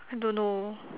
I don't know